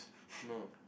no